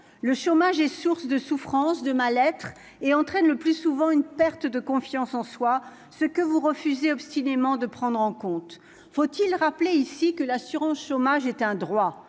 le chômage est source de souffrance, de mal-être et entraîne le plus souvent une perte de confiance en soi, ce que vous refusez obstinément de prendre en compte, faut-il rappeler ici que l'assurance chômage était un droit,